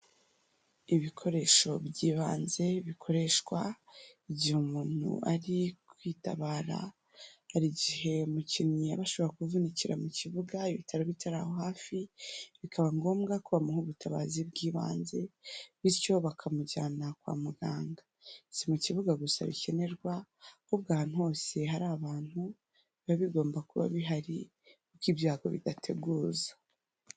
Ibikoresho by'ibanze bikoreshwa igihe umuntu ari kwitabara, hari igihe umukinnyi aba ashobora kuvunikira mu kibuga ibitaro bitari aho hafi, bikaba ngombwa ko bamuha ubutabazi bw'ibanze, bityo bakamujyana kwa muganga, si mu kibuga gusa bikenerwa ahubwo ahantu hose hari abantu biba bigomba kuba bihari kuko ibyago bidateguza.